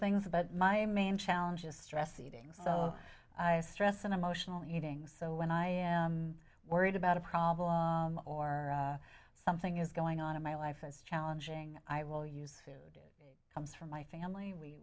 things but my main challenge is stress eating so i stress and emotional eating so when i worried about a problem or something is going on in my life as challenging i will use food comes from my family we